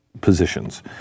positions